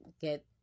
get